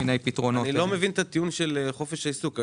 אני לא מבין את הטיעון של חופש העיסוק.